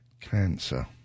Cancer